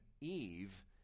Eve